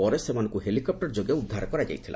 ପରେ ସେମାନଙ୍କୁ ହେଲିକପୂର ଯୋଗେ ଉଦ୍ଧାର କରାଯାଇଥିଲା